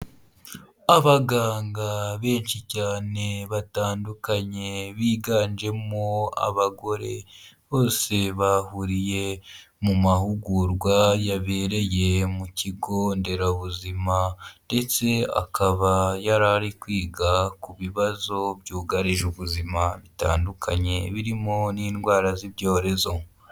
Abaganga benshi cyane batandukanye, biganjemo abagore, bose bahuriye mu mahugurwa, yabereye mu kigo nderabuzima ndetse akaba yari ari kwiga ku bibazo byugarije ubuzima bitandukanye, birimo n'indwara z'ibyorezo.